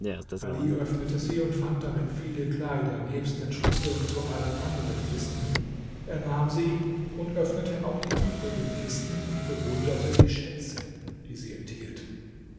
ali öffnete sie und fand darin viele kleider nebst den schlüsseln zu allen anderen kisten er nahm sie und öffnete auch die übrigen kisten und bewunderte die schätze die sie enthielten